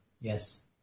Yes